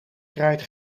kraait